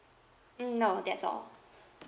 mm no that's all